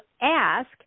ask